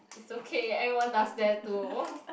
it's okay everyone does that too